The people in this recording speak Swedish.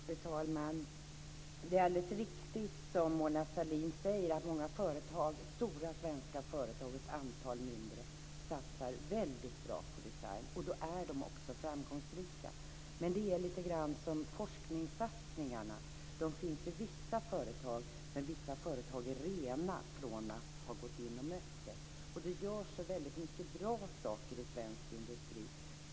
Fru talman! Det är alldeles riktigt som Mona Sahlin säger, nämligen att många företag - stora svenska företag och ett antal mindre företag - satsar väldigt bra på design och då är de också framgångsrika. Men lite grann är det så att forskningssatsningarna finns i vissa företag, medan vissa företag är så att säga rena från att ha gått in och mött det. Det görs så mycket bra saker i svensk industri.